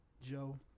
Joe